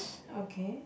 okay